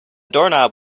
doorknob